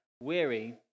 weary